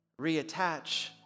reattach